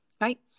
right